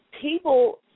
people